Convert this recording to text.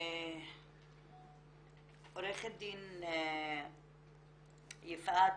עורכת דין יפעת,